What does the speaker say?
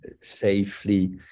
safely